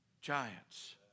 Giants